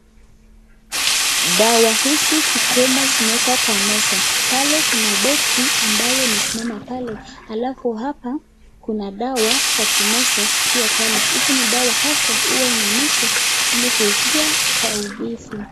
Dawa hizi zikiwemo zimewekwa kwa meza pale boksi ambaye imesimama pale alafu hapa kuna dawa za kumeza zikiwa pale hizi ni dawa haswa huwa inameswa hili kuugua maumivu.